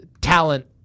talent